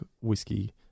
whiskey